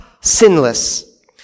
sinless